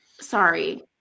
Sorry